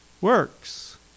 works